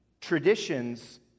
Traditions